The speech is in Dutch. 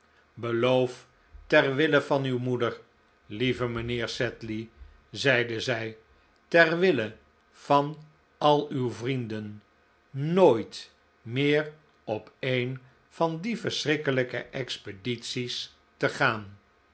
beloof ter wille van uw moeder lieve mijnheer sedley zeide zij ter wille van al uw vrienden nooit meer op en van die verschrikkelijke expedities te gaan